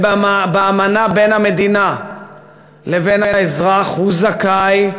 באמנה בין המדינה לבין האזרח הוא זכאי,